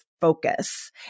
focus